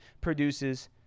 produces